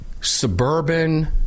suburban